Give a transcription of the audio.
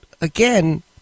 again